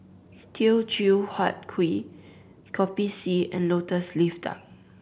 Teochew Huat Kuih Kopi C and Lotus Leaf Duck